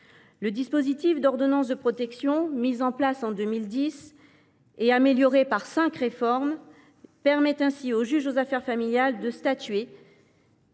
Le dispositif de l’ordonnance de protection, qui a été mis en place en 2010, puis amélioré par cinq réformes, permet au juge aux affaires familiales de statuer